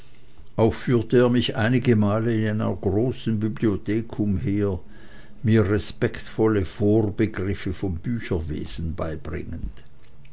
auch führte er mich einige male in einer großen bibliothek umher mir respektvolle vorbegriffe vom bücherwesen beibringend